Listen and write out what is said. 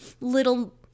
little